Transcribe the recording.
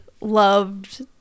loved